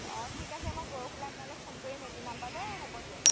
অঁ ঠিক আছে মই পৰহিলৈ আপোনালৈ ফোন কৰিম এইটো নাম্বাৰতে হ'ব দিয়ক